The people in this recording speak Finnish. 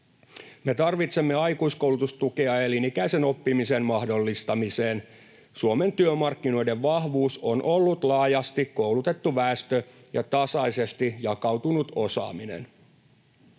Me tarvitsemme aikuiskoulutustukea elinikäisen oppimisen mahdollistamiseen. Suomen työmarkkinoiden vahvuus on ollut laajasti koulutettu väestö ja tasaisesti jakautunut osaaminen.